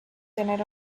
tener